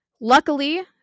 Luckily